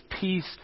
peace